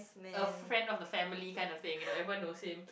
a friend of the family kind of thing you know everyone knows him